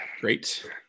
Great